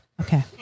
okay